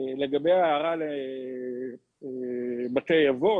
לגבי ההערה על בתי אבות.